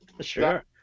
Sure